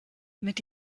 mit